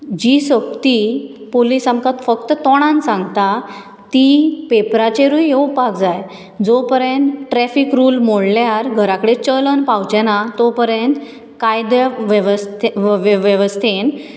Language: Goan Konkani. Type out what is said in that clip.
जी सक्ती पुलीस आमकां फक्त तोंडान सांगतां ती पेपराचेरुय येवपाक जाय जो पर्यंत ट्रेफिक रुल मोडल्यार घरा कडेन चलन पांवचेना तो पर्यंत कायदे वेवस्थे वे वे वेव वेस्थेंत